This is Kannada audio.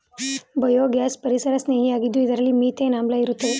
ಬಯೋಗ್ಯಾಸ್ ಪರಿಸರಸ್ನೇಹಿಯಾಗಿದ್ದು ಇದರಲ್ಲಿ ಮಿಥೇನ್ ಆಮ್ಲ ಇರುತ್ತದೆ